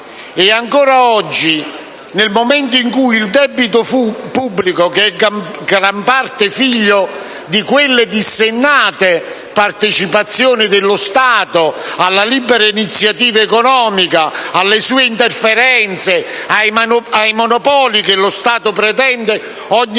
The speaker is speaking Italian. Ancora oggi, nel momento in cui il debito pubblico, che è gran parte figlio di quelle dissennate partecipazioni dello Stato alla libera iniziativa economica, delle sue interferenze, dei monopoli che lo Stato pretende ogni